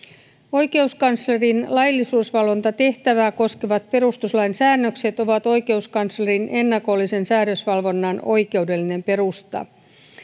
oikeuskanslerin laillisuusvalvontatehtävää koskevat perustuslain säännökset ovat oikeuskanslerin ennakollisen säädösvalvonnan oikeudellinen perusta